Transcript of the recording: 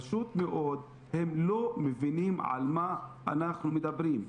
פשוט מאוד, הם לא מבינים על מה אנחנו מדברים.